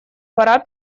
пора